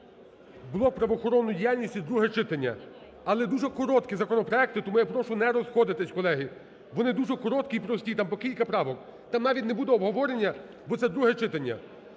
блок "правоохоронної діяльності", друге читання, але дуже короткі законопроекти, тому я прошу не розходитись. Колеги, вони дуже короткі і прості, там по кілька правок, там навіть не буде обговорення, бо це друге читання.